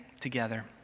together